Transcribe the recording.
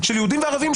של יהודים וערבים,